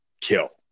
kill